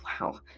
wow